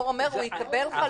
הוא אומר: הוא יקבל חלופה.